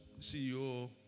CEO